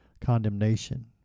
condemnation